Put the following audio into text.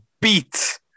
Beat